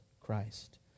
Christ